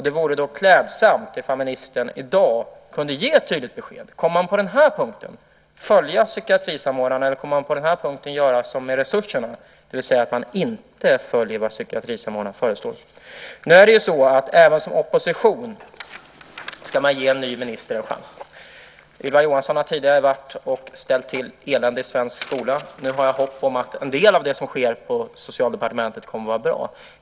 Det vore då klädsamt ifall ministern i dag kunde ge ett tydligt besked om man på den här punkten kommer att följa psykiatrisamordnarens förslag eller om man kommer att göra som med resurserna, det vill säga att man inte följer vad psykiatrisamordnaren föreslår. Nu är det ju så att även som opposition ska man ge en ny minister en chans. Ylva Johansson har tidigare ställt till med elände i svensk skola. Nu har jag hopp om att en del av det som sker på Socialdepartementet kommer att vara bra.